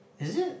is it